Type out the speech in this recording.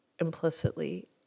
implicitly